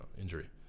injury